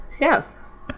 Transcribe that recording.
yes